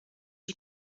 you